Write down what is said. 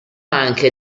anche